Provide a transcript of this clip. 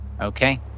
Okay